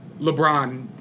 LeBron –